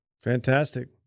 Fantastic